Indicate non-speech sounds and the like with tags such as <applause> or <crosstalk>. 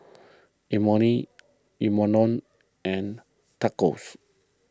Imoni <unintelligible> and Tacos